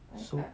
so